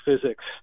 physics